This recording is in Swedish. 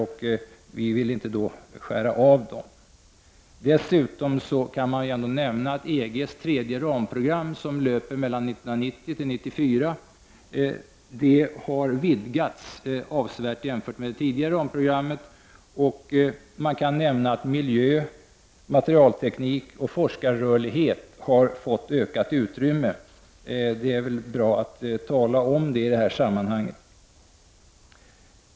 Vi vill därför inte skära av dessa, Dessutom har EGs tredje ramprogram, som löper mellan 1990 och 1994, vidgats avsevärt i jämförelse med det tidigare ramprogrammet. Miljö, materialteknik och forskarrörlighet har vidare fått ett ökat utrymme. Det kan vara på sin plats att nämna detta i det här sammanhanget.